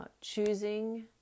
choosing